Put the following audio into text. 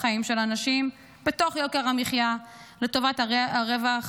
חיים של אנשים בתוך יוקר המחיה לטובת הרווח